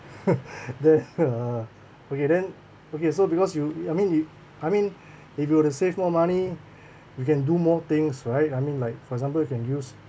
that's uh okay then okay so because you I mean if I mean if you were to save more money we can do more things right I mean like for example you can use